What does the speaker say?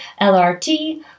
LRT